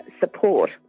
support